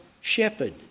shepherd